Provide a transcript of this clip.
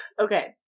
Okay